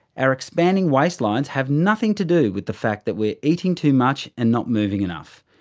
our expanding waistlines have nothing to do with the fact that we're eating too much and not moving enough.